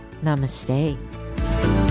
namaste